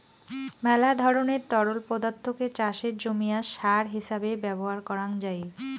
মেলা ধরণের তরল পদার্থকে চাষের জমিয়াত সার হিছাবে ব্যবহার করাং যাই